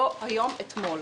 לא היום אלא אתמול.